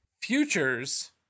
futures